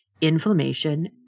inflammation